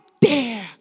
dare